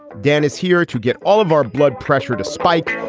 dan is here to get all of our blood pressure to spike,